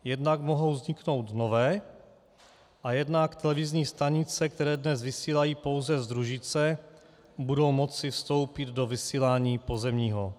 Jednak mohou vzniknout nové a jednak televizní stanice, které dnes vysílají pouze z družice, budou moci vstoupit do vysílání pozemního.